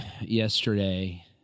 yesterday